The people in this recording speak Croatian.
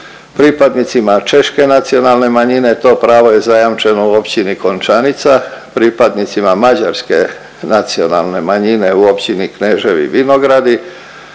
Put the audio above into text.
Pripadnicima Češke nacionalne manjine to pravo je zajamčeno u Općini Končanica, pripadnicima Mađarske nacionalne manjine u Općini Kneževi Vinogradi,